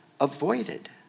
avoided